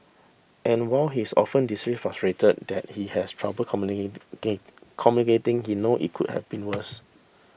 and while he is often frustrated that he has trouble communicating he know it could have been worse